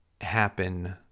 happen